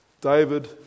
David